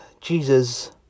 Jesus